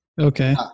Okay